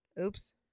Oops